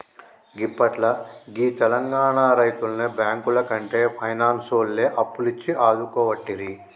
గిప్పట్ల గీ తెలంగాణ రైతుల్ని బాంకులకంటే పైనాన్సోల్లే అప్పులిచ్చి ఆదుకోవట్టిరి